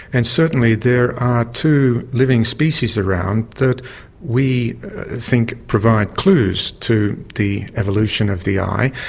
and certainly there are two living species around that we think provide clues to the evolution of the eye.